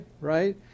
right